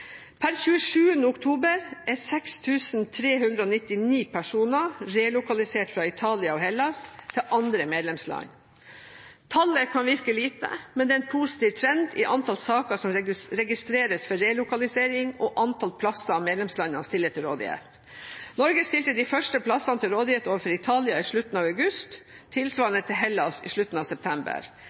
Per 27. oktober er 6 399 personer relokalisert fra Italia og Hellas til andre medlemsland. Tallet kan virke lite, men det er en positiv trend i antall saker som registreres for relokalisering, og antall plasser medlemslandene stiller til rådighet. Norge stilte de første plassene til rådighet overfor Italia i slutten av august – tilsvarende overfor Hellas i slutten av september.